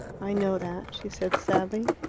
i know that, she said sadly.